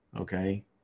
okay